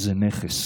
זה נכס,